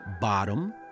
bottom